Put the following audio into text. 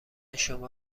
شما